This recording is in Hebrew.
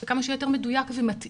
וכמה שהוא יהיה מדויק ומתאים